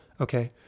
okay